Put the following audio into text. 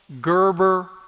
Gerber